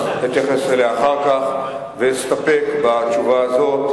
אז אתייחס אליה אחר כך ואסתפק בתשובה הזאת.